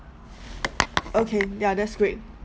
okay ya that's great